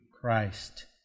Christ